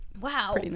wow